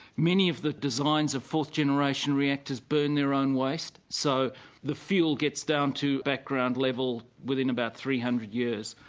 many of the designs of fourth generation reactors burn their own waste so the fuel gets down to background level without about three hundred years.